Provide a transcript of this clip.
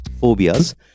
phobias